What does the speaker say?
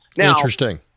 Interesting